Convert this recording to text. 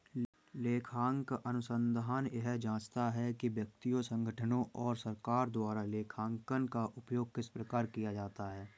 लेखांकन अनुसंधान यह जाँचता है कि व्यक्तियों संगठनों और सरकार द्वारा लेखांकन का उपयोग किस प्रकार किया जाता है